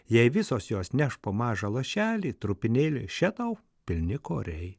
jei visos jos neš po mažą lašelį trupinėlį še tau pilni koriai